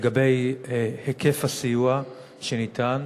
לגבי היקף הסיוע שניתן,